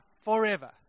forever